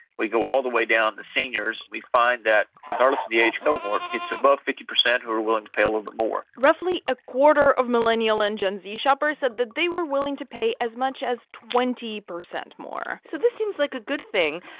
we go all the way down to seniors, we find that, regardless of the age cohort, it's above fifty percent who are willing to pay a little bit more roughly a quarter of millennial and gen z shoppers said that they were willing to pay as much as twenty percent more so this seems like a good thing,